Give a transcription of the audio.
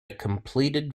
completed